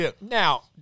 Now